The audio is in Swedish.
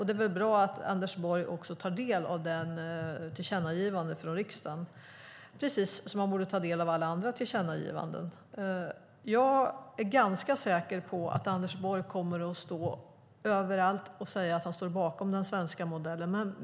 Det är bra att Anders Borg också tar del av det tillkännagivandet från riksdagen precis som han borde ta del av alla andra tillkännagivanden. Jag är ganska säker på att Anders Borg kommer att stå överallt och säga att han står bakom den svenska modellen.